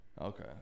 Okay